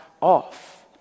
off